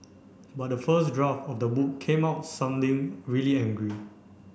but the first draft of the book came out sounding really angry